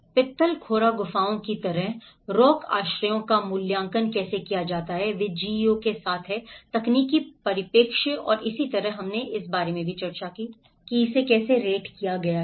पित्तलखोरा गुफाओं की तरह रॉक आश्रयों का मूल्यांकन कैसे किया जाता है वे GEO के साथ हैं तकनीकी परिप्रेक्ष्य और इसी तरह हमने इस बारे में भी चर्चा की इसे कैसे रेट किया गया है